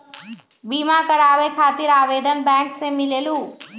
बिमा कराबे खातीर आवेदन बैंक से मिलेलु?